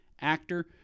actor